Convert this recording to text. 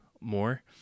more